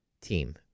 team